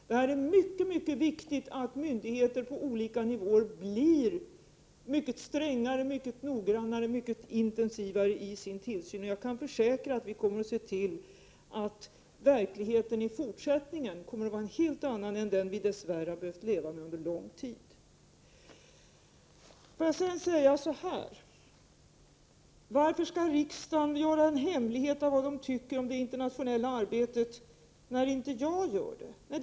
Det är mycket viktigt att myndigheter på olika nivåer blir mycket strängare, noggrannare och intensivare i sin tillsyn. Jag kan försäkra att vi kommer att se till att verkligheten i fortsättningen kommer att vara en annan än den vi dess värre behövt leva med en lång tid. Varför skall riksdagen göra en hemlighet av vad den tycker om det internationella arbetet när inte jag gör det?